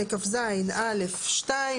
78כז(א)(2).